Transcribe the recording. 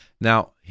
Now